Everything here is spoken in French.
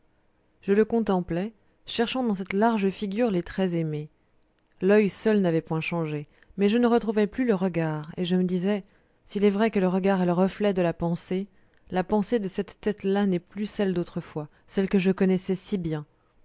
je le contemplai cherchant dans cette large figure les traits aimés l'oeil seul n'avait point changé mais je ne retrouvais plus le regard et je me disais s'il est vrai que le regard est le reflet de la pensée la pensée de cette tête là n'est plus celle d'autrefois celle que je connaissais si bien